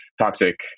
toxic